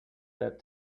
that